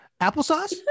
applesauce